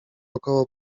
około